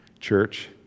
Church